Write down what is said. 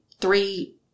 three